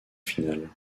finale